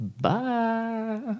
Bye